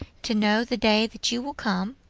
to know the day that you will come,